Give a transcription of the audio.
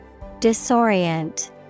Disorient